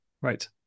right